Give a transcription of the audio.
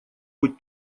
быть